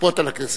לכפות על הכנסת.